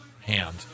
hand